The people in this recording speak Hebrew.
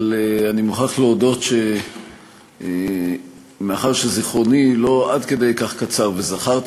אבל אני מוכרח להודות שמאחר שזיכרוני לא עד כדי כך קצר וזכרתי